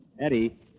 Eddie